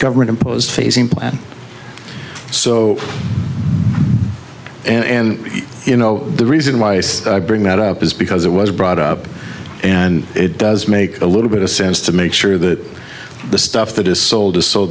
government imposed phasing plan so and you know the reason why i bring that up is because it was brought up and it does make a little bit of say it's to make sure that the stuff that is sold is so